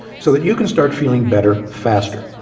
so that you can start feeling better faster.